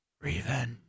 Revenge